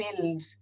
build